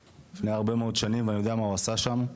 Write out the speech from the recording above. לפני הרבה מאוד שנים ואני יודע מה הוא עשה שם.